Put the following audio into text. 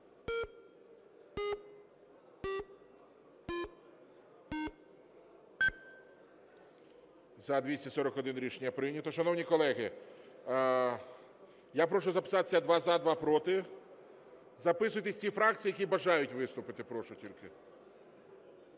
За-241 Рішення прийнято. Шановні колеги, я прошу записатися: два – за, два – проти. Записуйтесь ті фракції, які бажають виступити, прошу тільки.